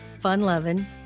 fun-loving